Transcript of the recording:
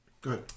Good